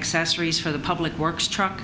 accessories for the public works truck